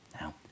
Now